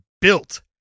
built